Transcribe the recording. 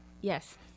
Yes